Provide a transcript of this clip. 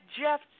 Jeff